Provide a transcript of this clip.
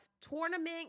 tournament